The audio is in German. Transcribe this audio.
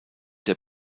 der